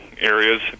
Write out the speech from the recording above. areas